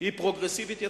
פרוגרסיבית יותר,